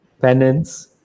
penance